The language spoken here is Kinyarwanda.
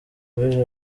rw’ejo